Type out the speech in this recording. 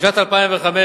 בשנת 2005,